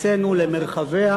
ארצנו למרחביה,